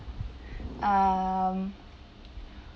um